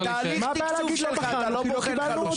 מה הבעיה לומר: לא בחנו?